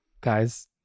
guys